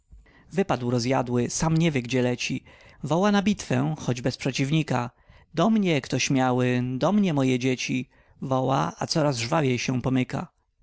wypadł rozjadły sam nie wie gdzie leci woła na bitwę choć bez przeciwnika do mnie kto śmiały do mnie moje dzieci woła a coraz żwawiej się pomyka